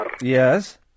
Yes